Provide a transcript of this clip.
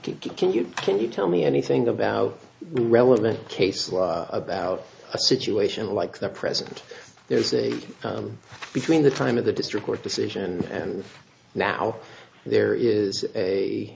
can you can you tell me anything about the relevant case law about a situation like the present there's a between the time of the district court decision and now there is a